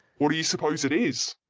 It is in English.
what do you suppose it is?